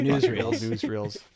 newsreels